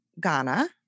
Ghana